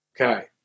Okay